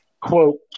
quote